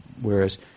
whereas